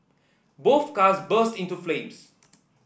both cars burst into flames